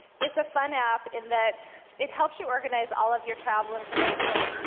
it's a fun app in that it helps you organize all of your travel information,